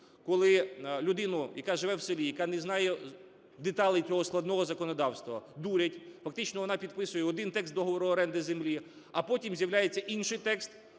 коли людину, яка живе в селі, яка не знає деталей цього складного законодавства, дурять, фактично вона підписує один текст договору оренди землі, а потім з'являється інший текст,